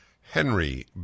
Henry